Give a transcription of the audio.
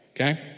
okay